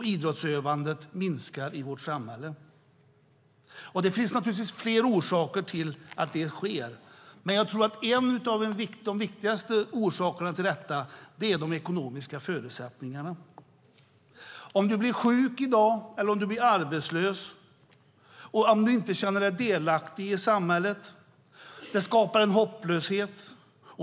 Idrottsutövandet minskar i vårt samhälle. Det finns naturligtvis flera orsaker till att det sker, men jag tror att en av de viktigaste orsakerna är de ekonomiska förutsättningarna. Om man i dag blir sjuk eller arbetslös och inte känner sig delaktig i samhället skapar det en hopplöshet.